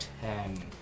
ten